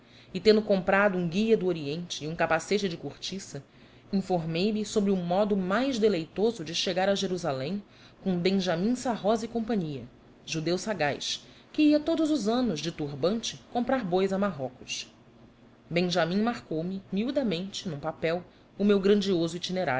e tendo comprado um guia do oriente e um capacete de cortiça informei me sobre o modo mais deleitoso de chegar a jerusalém com benjamim sarrosa cia judeu sagaz que ia todos os anos de turbante comprar bois a marrocos benjamim marcou me miudamente num papel o meu grandioso